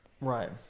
Right